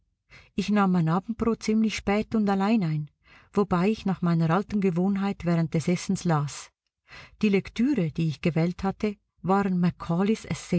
ich nahm mein abendbrot ziemlich spät und allein ein wobei ich nach meiner alten gewohnheit während des essens las die lektüre die ich gewählt hatte waren